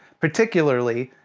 particularly,